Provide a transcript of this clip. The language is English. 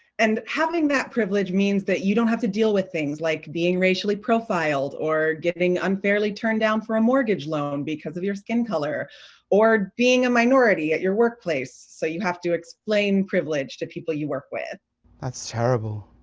and having that privilege means that you don't have to deal with things like being racially profiled or getting unfairly turned down for a mortgage loan because of your skin color or being a minority at your workplace, so you have to explain privilege to people you work with. james that's terrible.